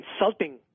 insulting